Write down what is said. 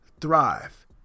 thrive